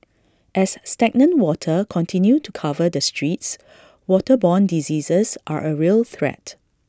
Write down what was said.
as stagnant water continue to cover the streets waterborne diseases are A real threat